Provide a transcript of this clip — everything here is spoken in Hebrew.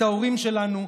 את ההורים שלנו,